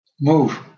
move